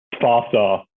faster